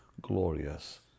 glorious